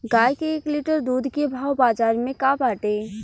गाय के एक लीटर दूध के भाव बाजार में का बाटे?